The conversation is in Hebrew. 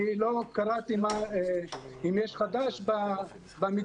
אני לא קראתי אם יש חדש במתווה,